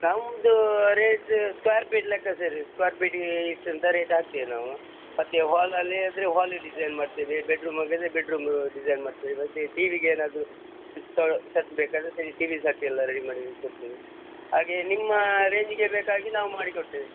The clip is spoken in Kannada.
ನಮ್ಮದು ರೇಟ್ ಸ್ಕ್ವೇರ್ ಪೀಟ್ ಲೆಕ್ಕ ಸರ್ ಸ್ಕ್ವೆರ್ ಫಿಟಿಗೇ ಇಷ್ಟು ಅಂತ ರೇಟ್ ಹಾಕ್ತೀವಿ ನಾವು ಮತ್ತೆ ಹಾಲು ಅಲ್ಲೇ ಇದ್ದರೆ ಹಾಲಿದ್ದು ಡಿಝೈನ್ ಮಾಡ್ತೇವೆ ಬೆಡ್ ರೂಮ್ ಆಗಿದ್ದರೆ ಬೆಡ್ ರೂಮ್ ಡಿಝೈನ್ ಮಾಡ್ತೇವೆ ಮತ್ತು ಟಿವಿಗೆ ಏನಾದರೂ ಸೆಟ್ ಬೇಕಾದರೆ ಟಿವಿ ಸೆಟ್ ಎಲ್ಲ ರೆಡಿ ಮಾಡಿ ಕೊಡ್ತೇವೆ ಹಾಗೆ ನಿಮ್ಮ ರೇಂಜಿಗೆ ಬೇಕಾಗಿ ನಾವು ಮಾಡಿ ಕೊಡ್ತೇವೆ